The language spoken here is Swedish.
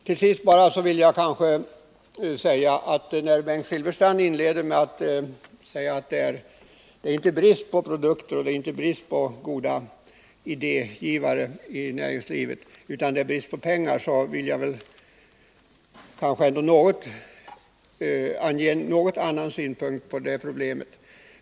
Tillsist vill jag säga att när Bengt Silfverstrand påstår att det inte är brist på produkter eller goda idégivare i näringslivet utan brist på pengar, så har jag en något annorlunda syn på problemet.